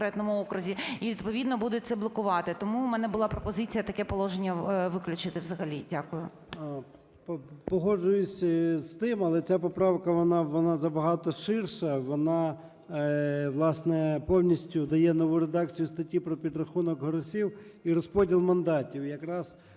відповідно, будуть це блокувати. Тому у мене була пропозиція таке положення виключити